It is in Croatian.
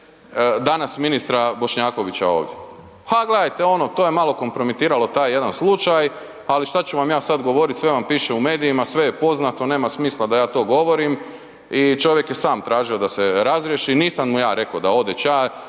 danas ministra Bošnjakovića ovdje. Ha gledajte ono, to je malo kompromitiralo taj jedan slučaj, ali što ću vam ja sad govoriti, sve vam piše u medijima, sve je poznato, nema smisla da ja to govorim i čovjek je sam tražio da se razriješi, nisam mu ja rekao da ode